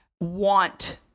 want